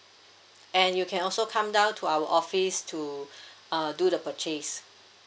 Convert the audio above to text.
and you can also come down to our office to uh do the purchase